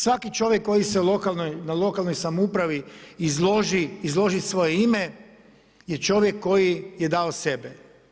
Svaki čovjek koji se na lokalnoj samoupravi, izloži svoje ime, je čovjek koji je dao sebe.